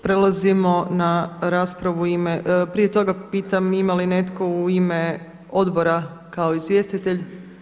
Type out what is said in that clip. Prelazimo na raspravu u ime, prije toga pitam imali li netko u ime odbora kao izvjestitelj?